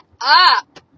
up